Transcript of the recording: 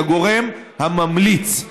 היא הגורם הממליץ.